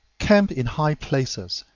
camp in high places,